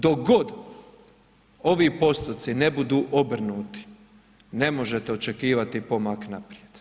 Dok god ovi postoci ne budu obrnuti, ne možete očekivati pomak naprijed.